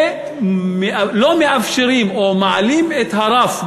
שלא מאפשרים או מעלים את הרף,